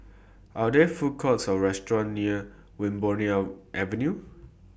Are There Food Courts Or restaurants near Wilmonar Avenue